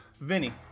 Vinny